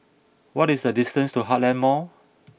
what is the distance to Heartland Mall